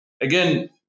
again